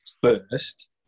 first